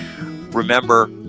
Remember